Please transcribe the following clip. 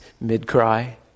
mid-cry